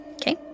Okay